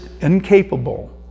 incapable